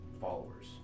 followers